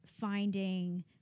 finding